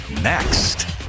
next